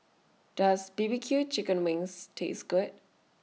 Does B B Q Chicken Wings Taste Good